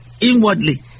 inwardly